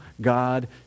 God